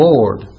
Lord